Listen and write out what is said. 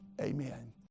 Amen